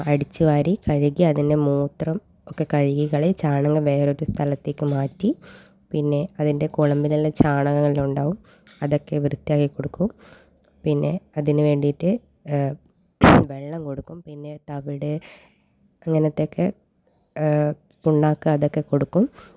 അടിച്ച് വാരി കഴുകി അതിൻ്റെ മൂത്രം ഒക്കെ കഴുകി കളയും ചാണകം വേറൊരു സ്ഥലത്തേക്കുമാറ്റി പിന്നെ അതിൻ്റെ കൊളമ്പിലെല്ലാം ചാണകമെല്ലാം ഉണ്ടാവും അതൊക്കെ വൃത്തിയാക്കി കൊടുക്കും പിന്നെ അതിന് വേണ്ടിയിട്ട് വെള്ളം കൊടുക്കും പിന്നെ തവിട് അങ്ങനത്തെയൊക്കെ പിണ്ണാക്ക് അതൊക്കെ കൊടുക്കും